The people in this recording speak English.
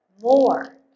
more